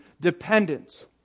Dependence